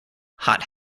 hot